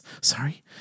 Sorry